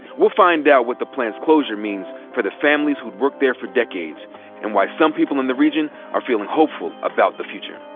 we'll find out what the plant's closure means for the families who worked there for decades and why some people in the region are feeling hopeful about the future.